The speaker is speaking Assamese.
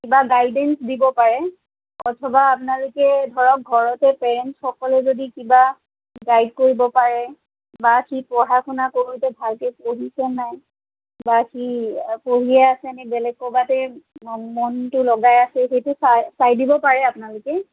কিবা গাইডেঞ্চ দিব পাৰে অথবা আপোনালোকে ধৰক ঘৰতে পেৰেণ্টছসকলে যদি কিবা গাইড কৰিব পাৰে বা সি পঢ়া শুনা কৰোঁতে ভালকৈ পঢ়িছে নাই বা সি পঢ়িয়ে আছে নে বেলেগ ক'ৰবাতে মন মনটো লগাই আছে সেইটো চাই চাই দিব পাৰে আপোনালোকে